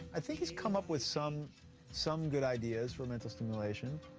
i think he's come up with some some good ideas for mental stimulation.